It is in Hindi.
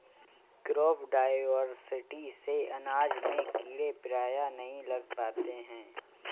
क्रॉप डायवर्सिटी से अनाज में कीड़े प्रायः नहीं लग पाते हैं